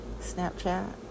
Snapchat